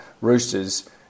Roosters